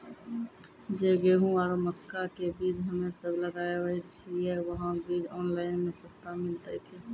जे गेहूँ आरु मक्का के बीज हमे सब लगावे छिये वहा बीज ऑनलाइन मे सस्ता मिलते की?